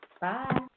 Bye